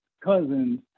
cousins